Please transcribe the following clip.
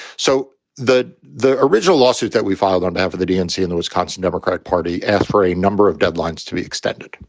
so the the original lawsuit that we filed on behalf of the dnc in the wisconsin democratic party for a number of deadlines to be extended,